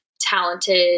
talented